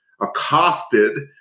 accosted